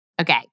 Okay